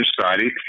society